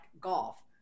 golf